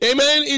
Amen